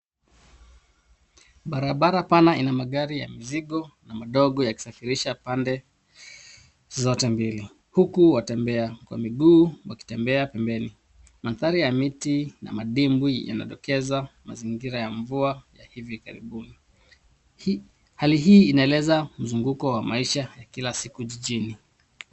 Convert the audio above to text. Barabara pana ina magari ya mizigo na madogo yakisafirisha pande zote mbili huku watembea kwa miguu wakitembea pembeni. Mandhari ya miti na madimbwi yanadokeza mazingira ya mvua ya hivi karibuni. Hali hii inaeleza mzunguko wa maisha ya kila siku jijini.